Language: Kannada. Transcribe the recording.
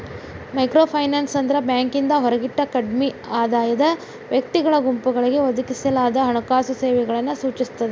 ಮೈಕ್ರೋಫೈನಾನ್ಸ್ ಅಂದ್ರ ಬ್ಯಾಂಕಿಂದ ಹೊರಗಿಟ್ಟ ಕಡ್ಮಿ ಆದಾಯದ ವ್ಯಕ್ತಿಗಳ ಗುಂಪುಗಳಿಗೆ ಒದಗಿಸಲಾದ ಹಣಕಾಸು ಸೇವೆಗಳನ್ನ ಸೂಚಿಸ್ತದ